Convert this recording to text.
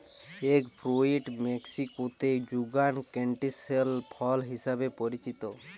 egg fruit মেক্সিকোতে যুগান canistel ফল হিসেবে পরিচিত